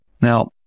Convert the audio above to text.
Now